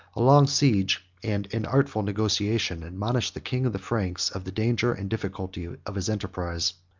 a long siege and an artful negotiation, admonished the king of the franks of the danger and difficulty of his enterprise.